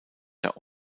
der